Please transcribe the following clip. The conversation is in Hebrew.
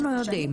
אנחנו יודעים.